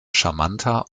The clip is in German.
charmanter